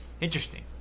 interesting